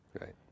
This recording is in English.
Right